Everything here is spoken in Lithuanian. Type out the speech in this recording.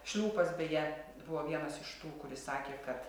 šliūpas beje buvo vienas iš tų kuris sakė kad